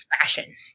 fashion